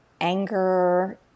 Anger